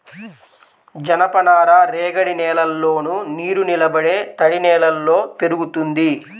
జనపనార రేగడి నేలల్లోను, నీరునిలబడే తడినేలల్లో పెరుగుతుంది